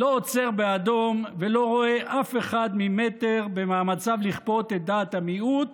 לא עוצר באדום ולא רואה אף אחד ממטר במאמציו לכפות את דעת המיעוט